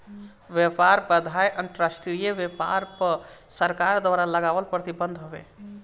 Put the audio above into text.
व्यापार बाधाएँ अंतरराष्ट्रीय व्यापार पअ सरकार द्वारा लगावल प्रतिबंध हवे